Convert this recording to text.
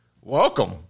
welcome